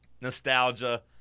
Nostalgia